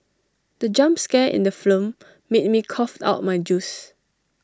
the jump scare in the film made me cough out my juice